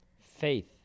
Faith